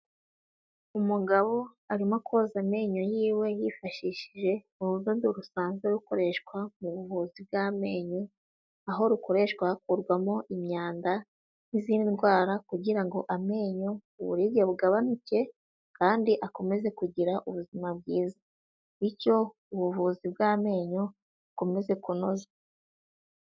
Umugabo arimo koza amenyo yiwe yifashishije urudo rwe rusanzwe rukoreshwa mu buvuzi bw'amenyo, aho rukoreshwa hakurwamo imyanda n'izindwara kugira ngo amenyo uburibwe bugabanuke kandi akomeze kugira ubuzima bwiza. Bicyo ubuvuzi bw'amenyo bukomeze kunozwa.